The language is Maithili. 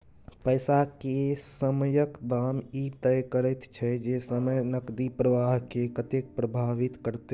पैसा के समयक दाम ई तय करैत छै जे समय नकदी प्रवाह के कतेक प्रभावित करते